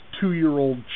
two-year-old